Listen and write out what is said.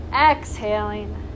exhaling